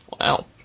Wow